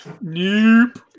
Nope